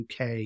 UK